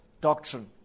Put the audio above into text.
doctrine